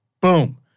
Boom